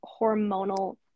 hormonal